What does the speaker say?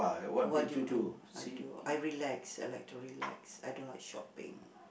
what do you do I do I relax I like to relax I do not shopping